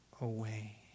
away